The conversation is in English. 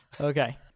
Okay